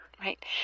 Right